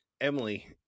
Emily